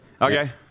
Okay